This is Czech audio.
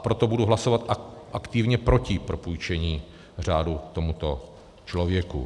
Proto budu hlasovat aktivně proti propůjčení řádu tomuto člověku.